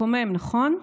מקומם, נכון?